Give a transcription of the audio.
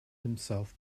himself